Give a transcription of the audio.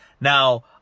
Now